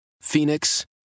Phoenix